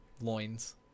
loins